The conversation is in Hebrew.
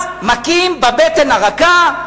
אז מכים בבטן הרכה,